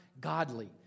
godly